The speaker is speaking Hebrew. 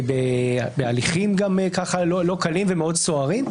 והליכים גם לא קלים ומאוד סוערים.